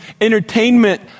entertainment